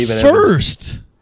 first